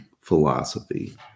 philosophy